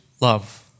love